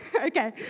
Okay